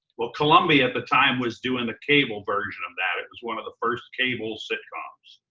well, columbia at the time was doing the cable version of that. it was one of the first cable sitcoms.